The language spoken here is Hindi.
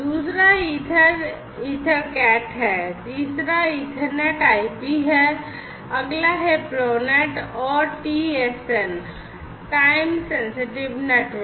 दूसरा ईथर ईथरकैट है तीसरा EthernetIP है अगला है Profinet और TSN Time Sensitive Networks